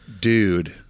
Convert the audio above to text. Dude